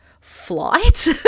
flight